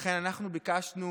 לכן ביקשנו,